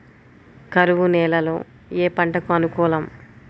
కరువు నేలలో ఏ పంటకు అనుకూలం?